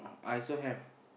I also have